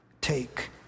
take